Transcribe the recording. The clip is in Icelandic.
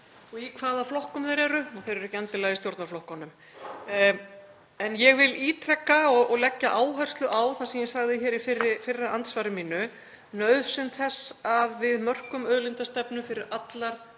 og í hvaða flokkum þeir eru og þeir eru ekki endilega í stjórnarflokkunum. En ég vil ítreka og leggja áherslu á það sem ég sagði í fyrra andsvari mínu um nauðsyn þess að við mörkum auðlindastefnu fyrir allar